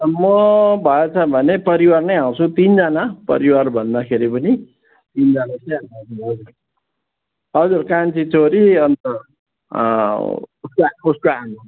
म भएछ भने परिवार नै आँउछु तिनजना परिवार भन्दाखेरि पनि तिनजना चाहिँ हामीहरू हजुर कान्छी छोरी अन्त उसको आमा